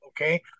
Okay